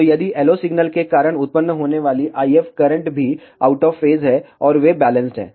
तो यदि LO signal के कारण उत्पन्न होने वाली IF करंट भी आउट ऑफ फेज हैं और वे बैलेंस्ड हैं